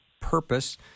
Purpose